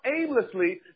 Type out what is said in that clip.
aimlessly